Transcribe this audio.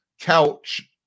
Couch